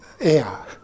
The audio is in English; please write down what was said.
air